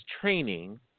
training